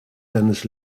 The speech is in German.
seines